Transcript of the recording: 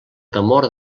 temor